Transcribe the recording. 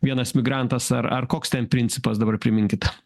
vienas migrantas ar ar koks ten principas dabar priminkit